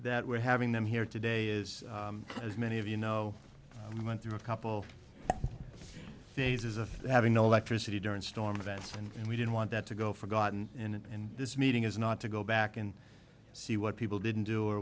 that we're having them here today is as many of you know we went through a couple days is a having no electricity during storm events and we didn't want that to go forgotten and this meeting is not to go back and see what people didn't do or